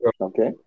okay